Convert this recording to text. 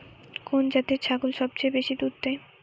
কোন জাতের ছাগল সবচেয়ে বেশি দুধ দেয়?